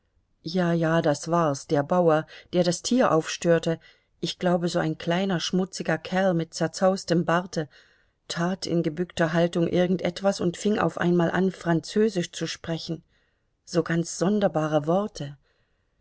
ja ja das war's der bauer der das tier aufstörte ich glaube so ein kleiner schmutziger kerl mit zerzaustem barte tat in gebückter haltung irgend etwas und fing auf einmal an französisch zu sprechen so ganz sonderbare worte